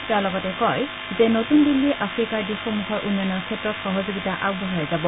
তেওঁ লগতে কয় যে নতুন দিল্লীয়ে আফ্ৰিকাৰ দেশসমূহৰ উন্নয়নৰ ক্ষেত্ৰত সহযোগিতা আগবঢ়াই যাব